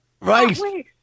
Right